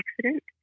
accident